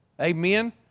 Amen